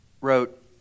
wrote